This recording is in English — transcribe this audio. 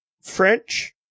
French